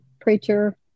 preacher